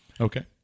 okay